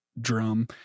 drum